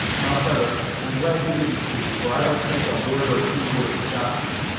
howsever i'm glad you didn't speak, for i don't think a word or two would have stopped me,